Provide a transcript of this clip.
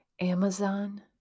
Amazon